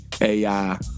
AI